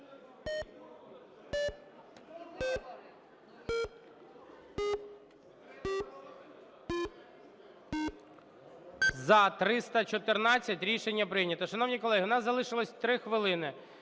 За-314 Рішення прийнято. Шановні колеги, у нас залишилося 3 хвилини.